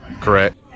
Correct